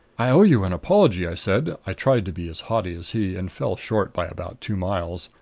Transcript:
i owe you an apology, i said. i tried to be as haughty as he, and fell short by about two miles.